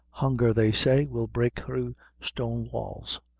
hunger, they say, will break through stone walls,